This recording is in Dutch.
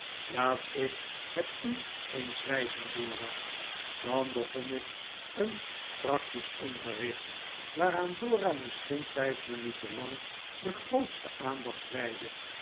laat ik het u eens wijzen dora dan begon ik een practisch onderricht waaraan dora misschien vijf minuten lang de grootste aandacht wijdde